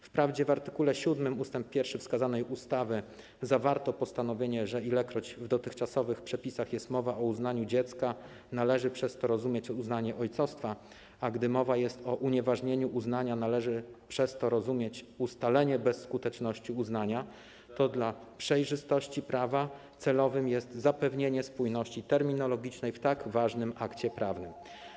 Wprawdzie w art. 7 ust. 1 wskazanej ustawy zawarto postanowienie, że ilekroć w dotychczasowych przepisach jest mowa o uznaniu dziecka, należy przez to rozumieć uznanie ojcostwa, a gdy mowa jest o unieważnieniu uznania, należy przez to rozumieć ustalenie bezskuteczności uznania, to dla przejrzystości prawa celowe jest zapewnienie spójności terminologicznej w tak ważnym akcie prawnym.